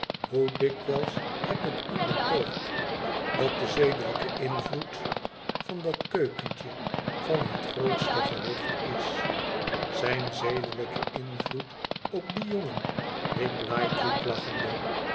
ihoe dikwijls heb ik u betoogd dat de zedelijke invloed van dat keukentje van het grootste gewicht is zijn zedelijke invloed op dien jongen riep lightwood lachende